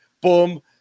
boom